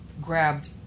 grabbed